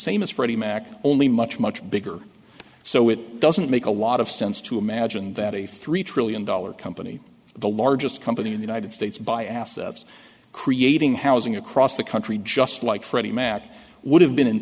freddie mac only much much bigger so it doesn't make a lot of sense to imagine that a three trillion dollar company the largest company in the united states by assets creating housing across the country just like freddie mac would